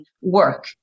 work